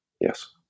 Yes